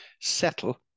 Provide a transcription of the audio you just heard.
settle